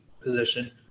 position